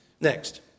Next